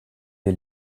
wir